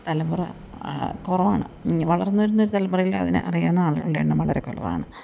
തലമുറ കുറവാണ് വളർന്ന് വരുന്നൊരു തലമുറയിലതിനെ അറിയാവുന്ന ആളുകളുടെ എണ്ണം വളരെ കുറവാണ്